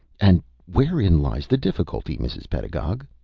and wherein lies the difficulty, mrs. pedagog?